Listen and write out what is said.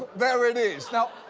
there it is. now,